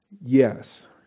Yes